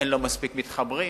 אין לו מספיק מתחברים.